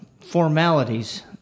formalities